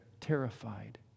terrified